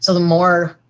so the more,